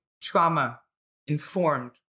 trauma-informed